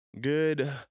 good